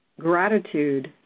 gratitude